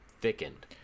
thickened